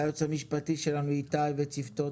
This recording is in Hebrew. והיועץ המשפטי שלנו איתי וצוותו,